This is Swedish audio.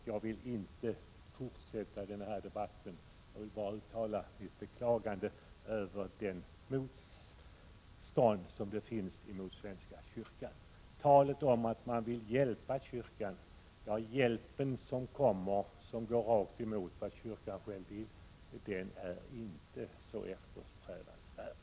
Jag vill inte fortsätta den här debatten, jag vill bara uttala mitt beklagande över det motstånd som finns mot svenska kyrkan. Det talas om att man vill hjälpa kyrkan, men den hjälp som kommer och som går rakt emot vad kyrkan själv vill är inte så eftersträvansvärd.